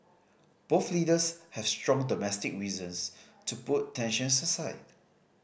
both leaders have strong domestic reasons to put tensions aside